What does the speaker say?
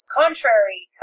contrary